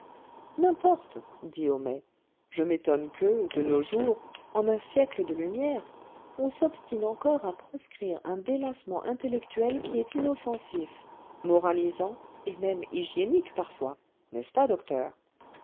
n'importe dit homais je m'étonne que de nos jours en un siècle de lumières on s'obstine encore à proscrire un délassement intellectuel qui est inoffensif moralisant et même hygiénique quelquefois n'est-ce pas docteur